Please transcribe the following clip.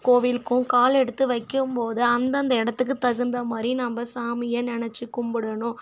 கோவிலுக்கும் கால் எடுத்து வைக்கும் போது அந்தந்த இடத்துக்கு தகுந்தமாதிரி நம்ம சாமியை நெனைச்சு கும்பிடணும்